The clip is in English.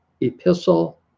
epistle